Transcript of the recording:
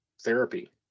therapy